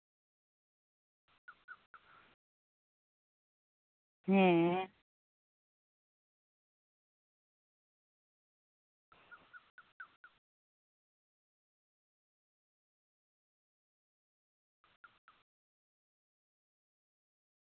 ᱦᱮᱸ